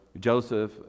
Joseph